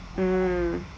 mm